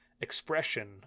expression